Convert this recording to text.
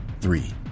Three